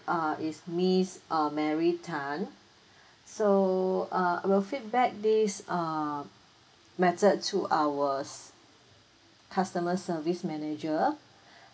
uh is miss uh marie tan so uh will feedback this err matter to our customer service manager